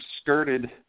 skirted